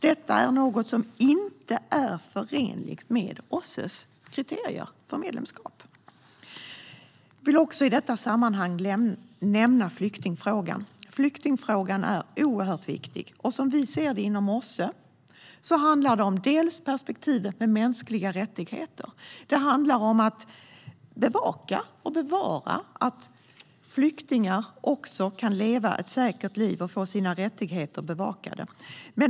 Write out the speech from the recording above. Detta är inte förenligt med OSSE:s kriterier för medlemskap. I detta sammanhang vill jag också nämna flyktingfrågan. Den är oerhört viktig. Som vi ser det inom OSSE handlar det dels om perspektivet med mänskliga rättigheter, dels om att bevaka att också flyktingar kan leva ett säkert liv och får sina rättigheter bevakade.